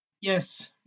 Yes